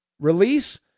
release